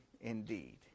indeed